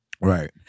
Right